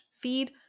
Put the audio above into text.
feed